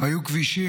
היו כבישים,